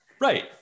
right